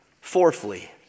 fourthly